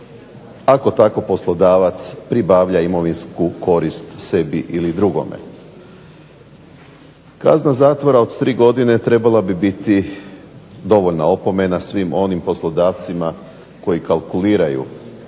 ako tako poslodavac pribavlja imovinsku korist sebi ili drugome. Kazna zatvora od tri godine trebala bi biti dovoljna opomena svih onim poslodavcima koji kalkuliraju